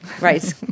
Right